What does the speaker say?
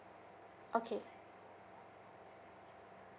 okay